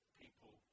people